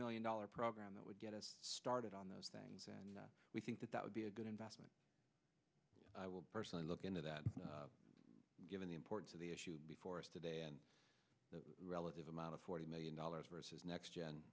million dollars program that would get us started on those things and we think that that would be a good investment i will personally look into that given the importance of the issue before us today and the relative amount of forty million dollars versus next gen